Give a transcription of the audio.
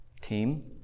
team